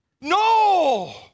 No